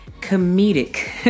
comedic